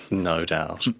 no doubt.